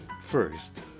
first